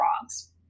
frogs